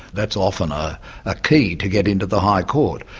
that's often a ah key to get into the high court.